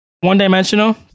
one-dimensional